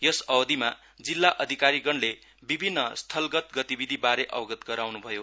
यस अवधिमा जिल्ला अधिकारीगणले विभिन्न स्थलगत गतिविधिबारे अवगत गराउन् भयो